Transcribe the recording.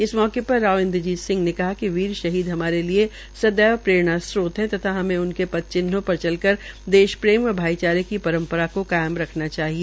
इस मौके पर राव इंद्रजीत सिंह ने कहा कि वीर शहीदी हमारे लिये सदैव प्ररेणा स्त्रोत है तथा उनके पद चिन्हों पर चलकर देश प्रेम व भाईचारे की परम्परा को कायम रखना चाहिए